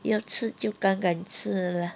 要吃就敢敢吃 lah